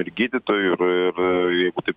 ir gydytojų ir ir jeigu tai